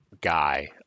guy